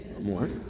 more